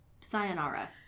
Sayonara